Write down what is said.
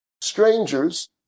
strangers